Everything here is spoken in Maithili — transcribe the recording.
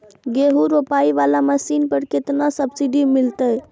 गेहूं रोपाई वाला मशीन पर केतना सब्सिडी मिलते?